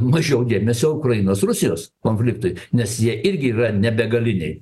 mažiau dėmesio ukrainos rusijos konfliktui nes jie irgi yra ne begaliniai